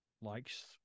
likes